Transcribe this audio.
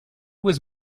was